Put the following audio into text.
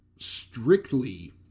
strictly